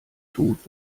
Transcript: tut